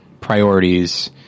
priorities